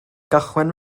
gychwyn